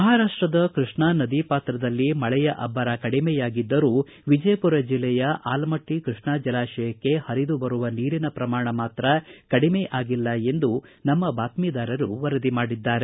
ಮಹಾರಾಷ್ಷದ ಕೃಷ್ಣಾ ನದೀ ಪಾತ್ರದಲ್ಲಿ ಮಳೆಯ ಅಬ್ಲರ ಕಡಿಮೆಯಾಗಿದ್ದರೂ ವಿಜಯಪುರ ಜಿಲ್ಲೆಯ ಅಲಮಟ್ಸ ಕೃಷ್ಣಾ ಜಲಾಶಯಕ್ಕೆ ಹರಿದು ಬರುವ ನೀರಿನ ಪ್ರಮಾಣದಲ್ಲಿ ಮಾತ್ರ ಕಡಿಮೆ ಆಗಿಲ್ಲ ಎಂದು ನಮ್ಮ ಬಾತ್ಪೀದಾರರು ವರದಿ ಮಾಡಿದ್ದಾರೆ